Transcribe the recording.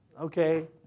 okay